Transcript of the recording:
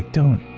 don't,